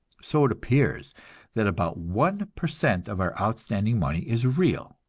so it appears that about one per cent of our outstanding money is real,